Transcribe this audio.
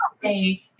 Hey